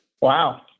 Wow